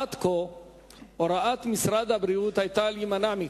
עד כה הוראת משרד הבריאות היתה להימנע מכך.